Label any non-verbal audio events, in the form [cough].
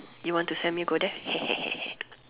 you want to send me go there [laughs]